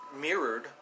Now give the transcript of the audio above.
mirrored